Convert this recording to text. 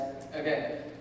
Okay